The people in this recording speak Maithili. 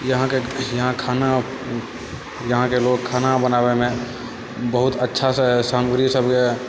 यहाँके खाना यहाँके लोक खाना बनाबैमे बहुत अच्छासँ सामग्री सबके